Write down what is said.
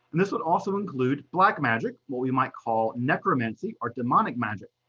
and this would also include black magic, what we might call necromancy, or demonic magic.